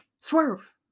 swerve